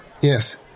Yes